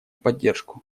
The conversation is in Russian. поддержку